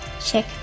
check